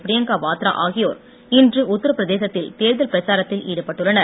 பிரியங்கா வாத்ரா ஆகியோர் இன்று உத்திரப்பிரதேசத்தில் தேர்தல் பிரச்சாரத்தில் ஈடுபட்டுள்ளனர்